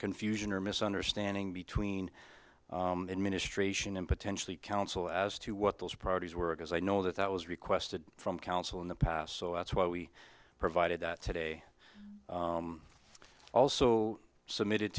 confusion or misunderstanding between administration and potentially counsel as to what those priorities were it is i know that that was requested from counsel in the past so that's why we provided that today also submitted